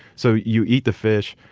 so you eat the fish,